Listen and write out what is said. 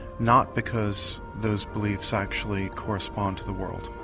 not because those beliefs actually correspond to the world.